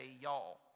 y'all